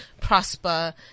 prosper